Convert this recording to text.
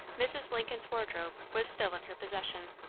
mrs. lincoln's wardrobe was still in her possession.